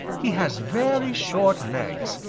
he has very short legs,